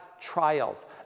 trials